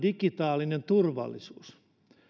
digitaalinen turvallisuus